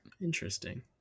Interesting